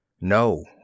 No